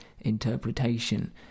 interpretation